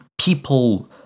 people